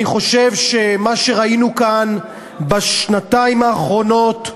אני חושב שמה שראינו כאן בשנתיים האחרונות,